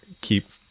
keep